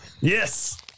Yes